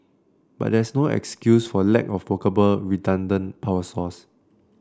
but there is no excuse for lack of workable redundant power source